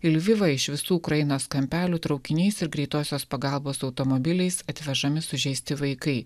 į lvivą iš visų ukrainos kampelių traukiniais ir greitosios pagalbos automobiliais atvežami sužeisti vaikai